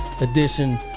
edition